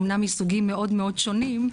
אמנם מסוגים מאוד מאוד שונים,